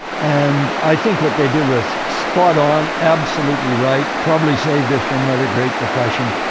and i think what they did was spot on, absolutely right, probably saved us from another great depression.